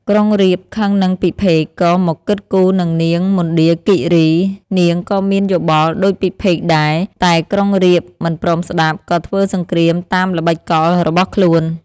ក្រុងរាពណ៍ខឹងនឹងពិភេកក៏មកគិតគូរនឹងនាងមណ្ឌាគីរី នាងក៏មានយោបល់ដូចពិភេកដែរ តែក្រុងរាពណ៍មិនព្រមស្តាប់ក៏ធ្វើសង្គ្រាមតាមល្បិចកលរបស់ខ្លួន។